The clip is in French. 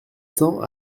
cents